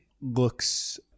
looks